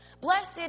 Blessed